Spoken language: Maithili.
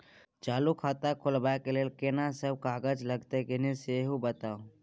चालू खाता खोलवैबे के लेल केना सब कागज लगतै किन्ने सेहो बताऊ?